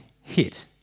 hit